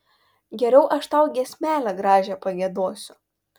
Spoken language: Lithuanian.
geriau aš tau giesmelę gražią pagiedosiu